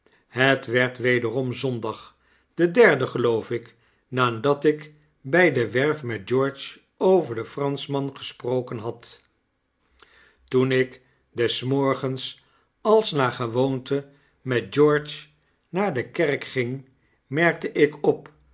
het werd wederom zondag de derde geloof ik nadat ik by de werf met george over den pranschman gesproken had toen ik des morgens als naar gewoonte met george naar de kerk ging merkte ik op